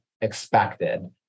expected